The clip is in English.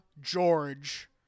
George